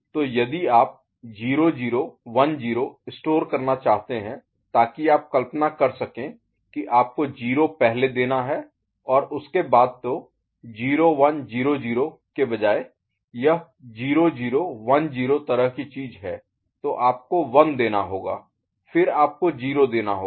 तो यदि आप 0 0 1 0 स्टोर करना चाहते हैं ताकि आप कल्पना कर सकें कि आपको 0 पहले देना है और उसके बाद तो 0 1 0 0 के बजाय यह 0 0 1 0 तरह की चीज है तो आपको 1 देना होगा फिर आपको 0 देना होगा फिर आपको 0 देना होगा